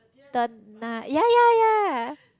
the na~ ya ya ya